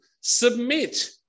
submit